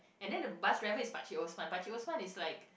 and then the bus driver is Pakcik Osman Pakcik Osman is like